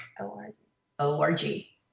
O-R-G